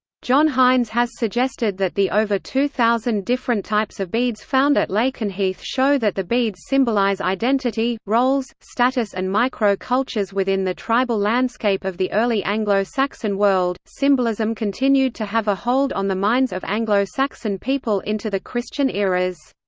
john hines has suggested that the over two thousand different types of beads found at lakenheath show that the beads symbolise identity, roles, status and micro cultures within the tribal landscape of the early anglo-saxon world symbolism continued to have a hold on the minds of anglo-saxon people into the christian eras.